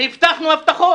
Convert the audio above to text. והבטחנו הבטחות.